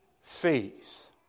Faith